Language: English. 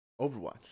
Overwatch